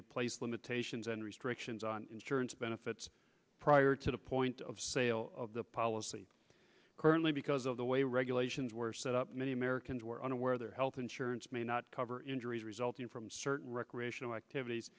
they place limitations and restrictions on insurance benefits prior to the point of sale of the policy currently because of the way regulations were set up many americans were unaware their health insurance may not cover injuries resulting from certain recreational activities